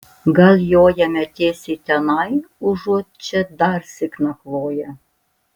gal jojame tiesiai tenai užuot čia darsyk nakvoję